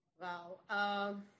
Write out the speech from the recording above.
Wow